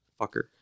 fucker